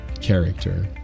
character